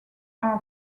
are